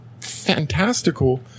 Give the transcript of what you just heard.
fantastical